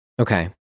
Okay